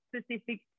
specific